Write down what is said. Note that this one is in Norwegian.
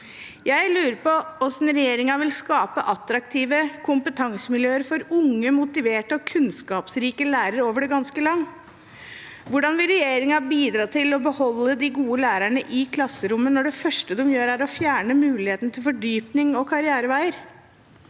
Jeg lurer på hvordan regjeringen vil skape attraktive kompetansemiljøer for unge, motiverte og kunnskapsrike lærere over det ganske land. Hvordan vil regjeringen bidra til å beholde de gode lærerne i klasserommene når det første de gjør, er å fjerne muligheten til fordypning og karriereveier?